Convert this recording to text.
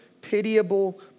pitiable